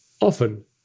often